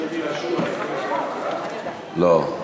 לא,